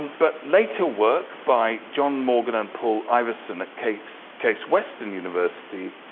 but later work, by john morgan and paul iverson at case case western university,